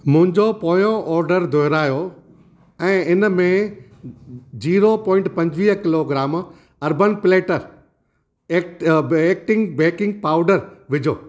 मुंहिंजो पोयों ऑडर दुहिरायो ऐं हिनमें जीरो पॉइंट पंजुवीह kilogram urban platter act acting baking powder विझो